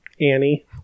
Annie